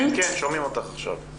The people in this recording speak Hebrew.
לסוגיה שעלתה קודם לגבי הדין המשמעתי בטופס.